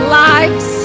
lives